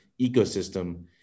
ecosystem